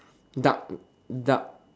dark dark